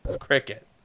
cricket